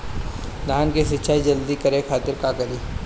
धान के सिंचाई जल्दी करे खातिर का करी?